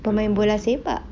pemain bola sepak